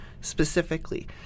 specifically